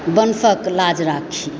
वंशक लाज राखी